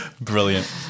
Brilliant